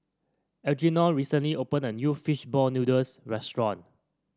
Algernon recently opened a new fish ball noodles restaurant